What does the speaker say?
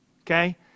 Okay